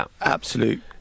absolute